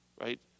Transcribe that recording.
right